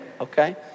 okay